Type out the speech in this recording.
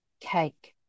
cake